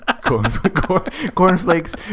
Cornflakes